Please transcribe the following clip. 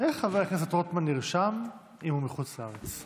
איך חבר הכנסת רוטמן נרשם אם הוא בחוץ לארץ?